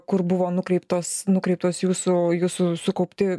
kur buvo nukreiptos nukreiptos jūsų jūsų sukaupti